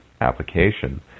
application